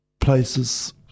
Places